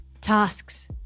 tasks